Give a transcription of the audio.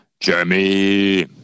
Jeremy